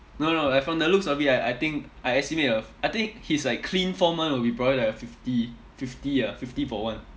no no like from the looks of it right I think I estimate a I think his like clean form [one] will be probably like a fifty fifty ah fifty for one